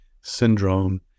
syndrome